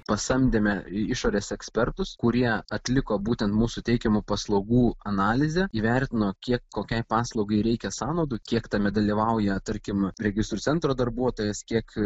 pasamdėme išorės ekspertus kurie atliko būtent mūsų teikiamų paslaugų analizę įvertino kiek kokiai paslaugai reikia sąnaudų kiek tame dalyvauja tarkim registrų centro darbuotojas kiek